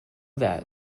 that